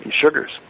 sugars